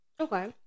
okay